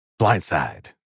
blindside